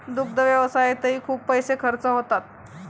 दुग्ध व्यवसायातही खूप पैसे खर्च होतात